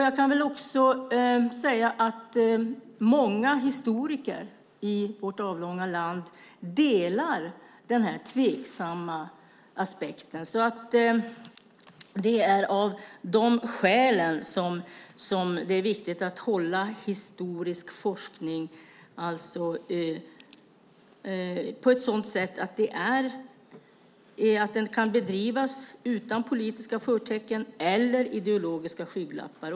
Jag kan också säga att många historiker i vårt avlånga land delar denna tveksamma aspekt. Det är av dessa skäl som det är viktigt att historisk forskning kan bedrivas utan politiska förtecken eller ideologiska skygglappar.